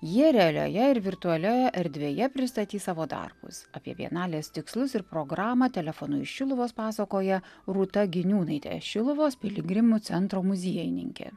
jie realioje ir virtualioje erdvėje pristatys savo darbus apie bienalės tikslus ir programą telefonu iš šiluvos pasakoja rūta giniūnaitė šiluvos piligrimų centro muziejininkė